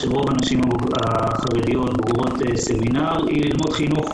ורוב הנשים החרדיות הן בוגרות סמינר היא ללמוד חינוך.